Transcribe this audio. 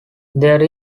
there